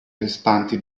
restanti